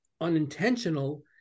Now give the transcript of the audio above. unintentional